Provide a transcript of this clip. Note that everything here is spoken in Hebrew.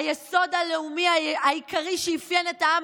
היסוד הלאומי העיקרי שאפיין את העם